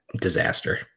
disaster